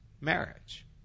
marriage